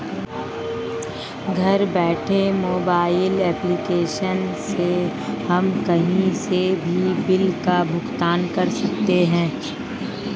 घर बैठे mobile application से हम कही से भी बिल का भुगतान कर सकते है